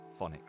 phonics